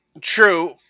true